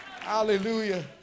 hallelujah